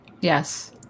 Yes